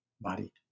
body